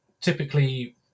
typically